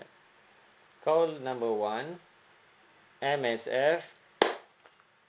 call number one M_S_F